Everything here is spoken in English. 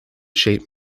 shape